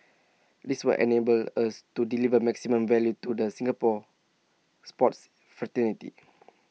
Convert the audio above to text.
this will enable us to deliver maximum value to the Singapore sports fraternity